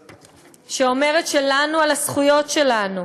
שאומרת שאנחנו לָנּו על הזכויות שלנו,